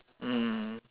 mm